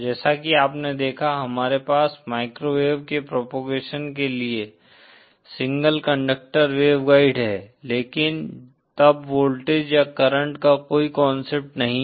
जैसा कि आपने देखा हमारे पास माइक्रोवेव के प्रोपोगेशन के लिए सिंगल कंडक्टर वेव गाइड हैं लेकिन तब वोल्टेज या करंट का कोई कांसेप्ट नहीं है